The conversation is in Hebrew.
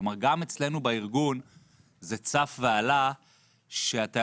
כלומר גם אצלנו בארגון זה צף ועלה שאתה